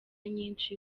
nyinshi